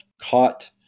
caught